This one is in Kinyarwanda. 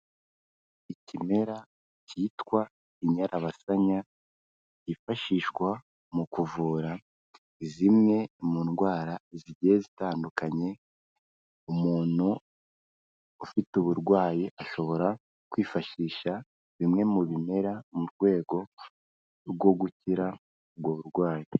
Ikimera cyitwa inyarabasanya yifashishwa mu kuvura zimwe mu ndwara zigiye zitandukanyekanya, umuntu ufite uburwayi ashobora kwifashisha bimwe mu bimera, mu rwego rwo gukira ubwo burwayi.